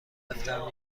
افطار